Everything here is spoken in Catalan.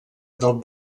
del